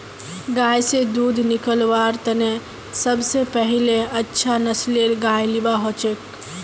गाय स दूध निकलव्वार तने सब स पहिले अच्छा नस्लेर गाय लिबा हछेक